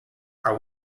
are